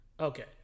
Okay